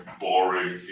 boring